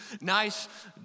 nice